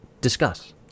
Discuss